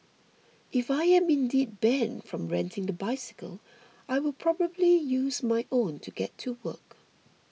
if I am indeed banned from renting the bicycle I will probably using my own to get to work